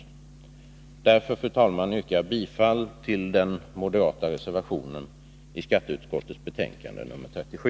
Med anledning av det sagda, fru talman, yrkar jag bifall till den moderata reservationen vid skatteutskottets betänkande nr 37.